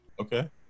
Okay